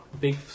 big